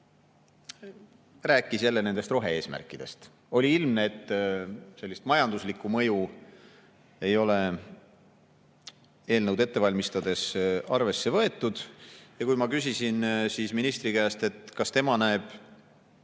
minister jälle nendest rohe-eesmärkidest. Oli ilmne, et sellist majanduslikku mõju ei ole eelnõu ette valmistades arvesse võetud. Ja kui ma küsisin ministri käest, kas tema näeb